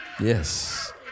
Yes